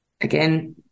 again